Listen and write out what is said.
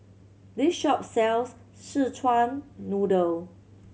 this shop sells Szechuan Noodle